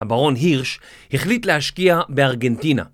הברון הירש החליט להשקיע בארגנטינה